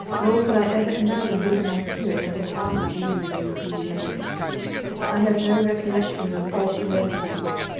nor could i ever imagine whither my spirit had departed during those three days i have no recollection of aught relating to them.